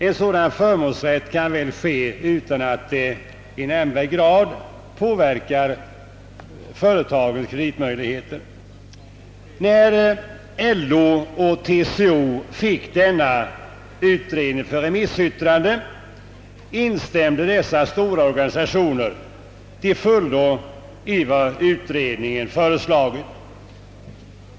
En sådan förmånsrätt torde kunna hävdas utan att det i nämnvärd grad "påverkar företagens kreditmöjligheter. När LO och TCO fick denna utredning för remissyttrande instämde dessa stora organisationer till fullo i vad utredningen föreslagit.